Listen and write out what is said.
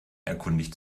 erkundigt